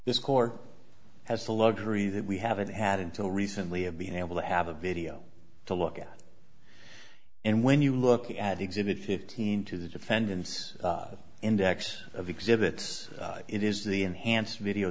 this corps has the luxury that we haven't had until recently of being able to have a video to look at and when you look at exhibit fifteen to the defendant's index of exhibits it is the enhanced video